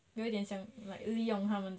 有一点想 like 利用他们这样